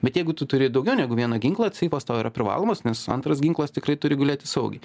bet jeigu tu turi daugiau negu vieną ginklą seifas tau yra privalomas nes antras ginklas tikrai turi galėti saugiai